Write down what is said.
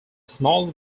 small